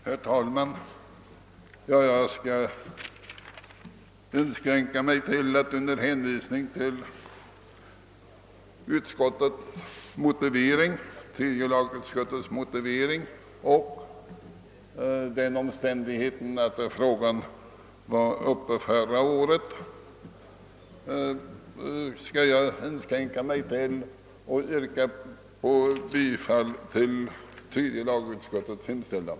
Herr talman! Eftersom denna fråga behandlades förra året skall jag inskränka mig till att med hänvisning till utskottets motivering yrka bifall till tredje lagutskottets hemställan.